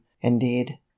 indeed